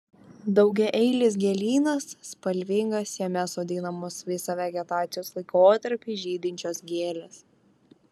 daugiaeilis gėlynas spalvingas jame sodinamos visą vegetacijos laikotarpį žydinčios gėlės